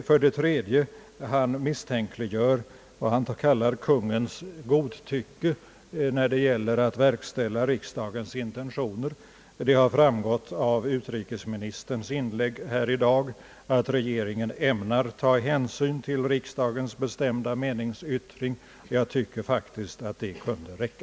För det tredje misstänkliggör herr Sundin vad han kallar »Kungens godtycke» när det gäller att verkställa riksdagens intentioner. Det har framgått av utrikesministerns inlägg här i dag, att regeringen ämnar ta hänsyn till riksdagens bestämda meningsyttringar. Jag tycker faktiskt att det kunde räcka.